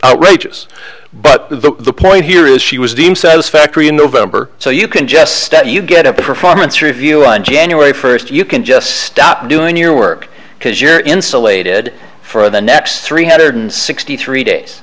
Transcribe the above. outrageous but the point here is she was deemed satisfactory in november so you can just step you get a performance review on january first you can just stop doing your work because you're insulated for the next three hundred sixty three days